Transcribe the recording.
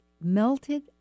melted